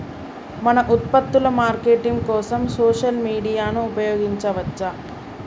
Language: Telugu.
మన ఉత్పత్తుల మార్కెటింగ్ కోసం సోషల్ మీడియాను ఉపయోగించవచ్చా?